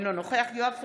אינו נוכח יואב סגלוביץ'